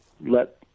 let